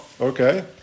Okay